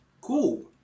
cool